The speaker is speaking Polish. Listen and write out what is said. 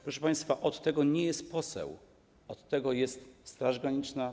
Proszę państwa, od tego nie jest poseł, od tego jest Straż Graniczna.